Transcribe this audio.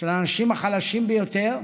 של האנשים החלשים ביותר,